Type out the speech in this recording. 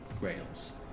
rails